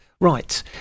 right